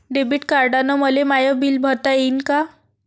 Debit कार्डानं मले माय बिल भरता येईन का?